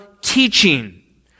teaching